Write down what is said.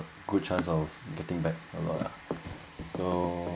good chance of getting back a lot lah so